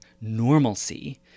normalcy